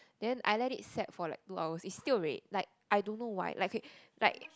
then I let it set for like two hours it's still red like I don't know why like okay like